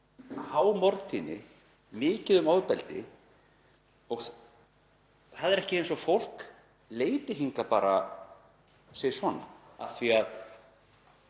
há morðtíðni, mikið um ofbeldi og það er ekki eins og fólk leiti hingað bara sisvona